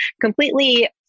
completely